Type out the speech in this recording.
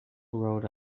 wrote